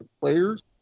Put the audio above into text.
players